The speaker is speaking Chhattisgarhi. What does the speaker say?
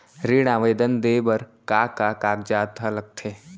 ऋण आवेदन दे बर का का कागजात ह लगथे?